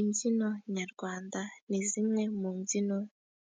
Imbyino nyarwanda, ni zimwe mu mbyino